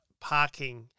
parking